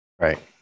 Right